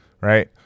right